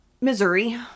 Missouri